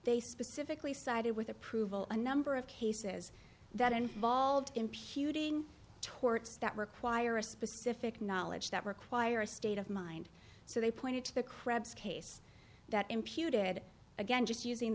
they specifically sided with approval a number of cases that involved imputing torts that require a specific knowledge that require a state of mind so they pointed to the krebs case that imputed again just using